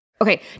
Okay